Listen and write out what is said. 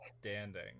standing